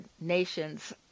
nation's